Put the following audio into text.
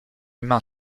humain